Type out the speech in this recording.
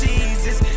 Jesus